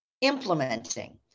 implementing